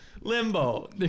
limbo